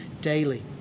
daily